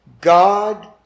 God